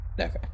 okay